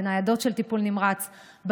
בניידות של טיפול נמרץ,